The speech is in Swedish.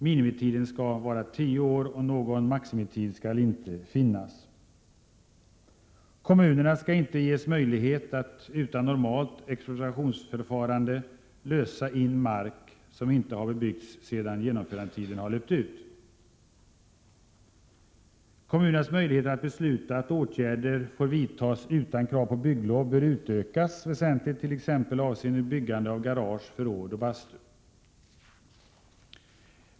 Minimitiden skall vara tio år, och någon maximitid skall inte finnas. Kommunerna skall inte ges möjlighet att utan normalt expropriationsförfarande lösa in mark som inte har bebyggts sedan genomförandetiden har löpt ut. Kommunernas möjligheter att besluta att åtgärder får vidtas utan krav på bygglov bör utökas väsentligt, t.ex. avseende byggande av garage, förråd och bastu.